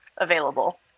available